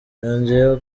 yongeyeho